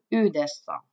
yhdessä